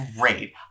great